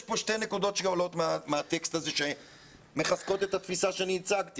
יש כאן שתי נקודות שעולות מהטקסט הזה שמחזקות את התפיסה שאני הצגתי.